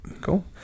Cool